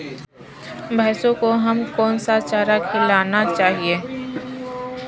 भैंसों को हमें कौन सा चारा खिलाना चाहिए?